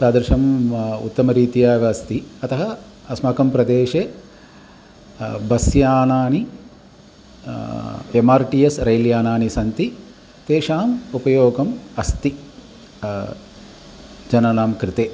तादृशम् उत्तमरीत्या एव अस्ति अतः अस्माकं प्रदेशे बस् यानानि M R T S rail यानानि सन्ति तेषाम् उपयोगम् अस्ति जनानां कृते